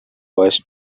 was